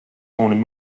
warning